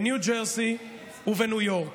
בניו ג'רזי ובניו יורק.